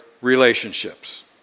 relationships